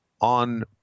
on